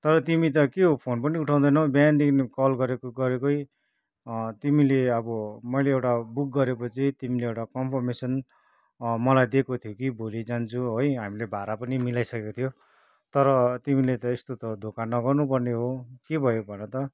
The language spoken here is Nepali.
तर तिमी त के हौ फोन पनि उठाउँदैनौ बिहानदेखि कल गरेको गरेकै तिमीले अब मैले एउटा बुक गरेपछि तिमीले एउटा कन्फर्मेसन् मलाई दिएको थियौ कि भोलि जान्छु है हामीले भाडा पनि मिलाई सकेको थियो तर तिमीले त यस्तो त धोका नगर्नु पर्ने हो के भयो भन त